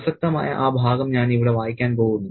പ്രസക്തമായ ആ ഭാഗം ഞാൻ ഇവിടെ വായിക്കാൻ പോകുന്നു